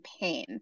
pain